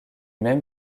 même